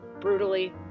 brutally